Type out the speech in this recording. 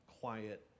quiet